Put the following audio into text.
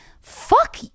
fuck